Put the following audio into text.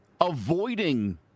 avoiding